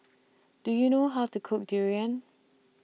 Do YOU know How to Cook Durian